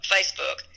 Facebook